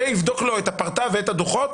ויבדוק את הפרטה ו/או את הדוחות?